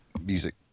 music